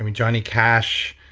um johnny cash,